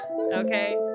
Okay